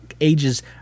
ages